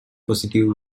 positive